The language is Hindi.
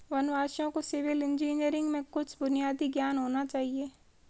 वनवासियों को सिविल इंजीनियरिंग में कुछ बुनियादी ज्ञान होना चाहिए